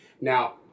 Now